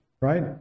right